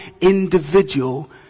individual